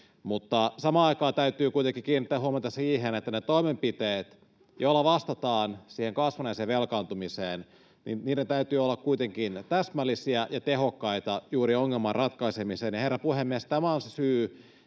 mutta samaan aikaan täytyy kuitenkin kiinnittää huomiota siihen, että niiden toimenpiteiden, joilla vastataan siihen kasvaneeseen velkaantumiseen, täytyy olla täsmällisiä ja tehokkaita juuri ongelman ratkaisemiseen. Herra puhemies! Tämä on se syy,